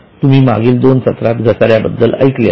तुम्ही मागील दोन सत्रात घसाऱ्या बद्दल ऐकले आहे